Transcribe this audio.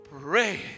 Pray